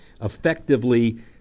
effectively